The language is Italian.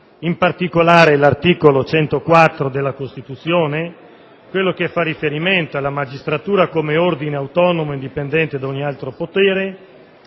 in particolare nell'articolo 104 della Costituzione, che fa riferimento alla magistratura come ordine autonomo e indipendente da ogni altro potere.